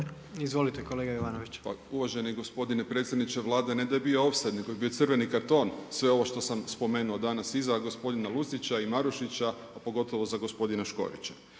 Željko (SDP)** Uvaženi gospodine predsjedniče Vlade, ne da je bio ofsajd, nego je bio crveni karton sve ovo što sam spomenuo danas i za gospodina Lucića i Marušića, a pogotovo za gospodina Škorića.